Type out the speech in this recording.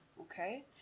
Okay